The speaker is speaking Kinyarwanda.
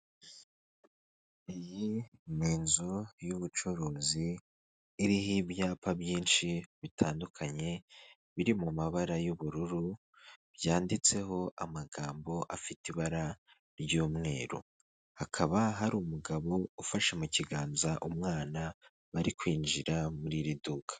Iyi ni inzu y'ubucuruzi iriho ibyapa byinshi bitandukanye biri mu mabara y'ubururu, byanditseho amagambo afite ibara ry'umweru, hakaba hari umugabo ufashe mu kiganza umwana bari kwinjira muri iri duka.